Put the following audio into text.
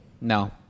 No